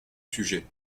sujet